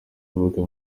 kuvuga